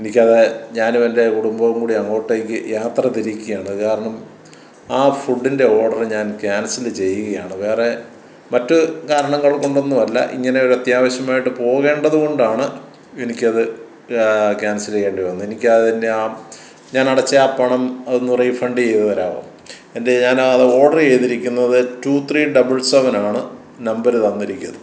എനിക്കത് ഞാനും എൻ്റെ കുടുംബവും കൂടെ അങ്ങോട്ടേക്ക് യാത്ര തിരിക്കുകയാണ് കാരണം ആ ഫുഡിൻ്റെ ഓർഡർ ഞാൻ ക്യാൻസൽ ചെയ്യുകയാണ് വേറെ മറ്റ് കാരണങ്ങൾ കൊണ്ടൊന്നും അല്ല ഇങ്ങനെ ഒരു അത്യാവശ്യമായിട്ട് പോകേണ്ടത് കൊണ്ടാണ് എനിക്കത് ക്യാൻസൽ ചെയ്യേണ്ടി വന്നത് എനിക്ക് അതിന് ആ ഞാൻ അടച്ച ആ പണം അത് ഒന്നു റീഫണ്ട് ചെയ്തുതരാമോ എൻ്റെ ഞാൻ അത് ഓർഡർ ചെയ്തിരിക്കുന്നത് ടു ത്രീ ഡബിൾ സെവൻ ആണ് നമ്പർ തന്നിരിക്കുന്നത്